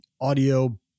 audio